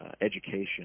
education